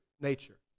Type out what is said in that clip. nature